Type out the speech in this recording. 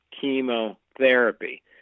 chemotherapy